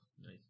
Nice